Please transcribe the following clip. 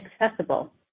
accessible